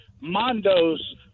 Mondo's